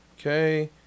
Okay